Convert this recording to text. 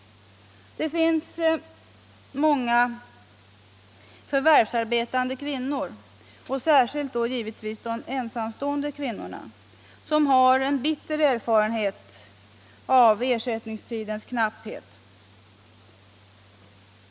Det finns många förvärvsarbetande kvinnor, och särskilt givetvis ensamstående kvinnor, som har bitter erfarenhet av ersättningstidens knapphet.